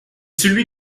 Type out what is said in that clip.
celui